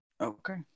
Okay